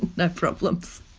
no problems.